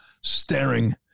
staring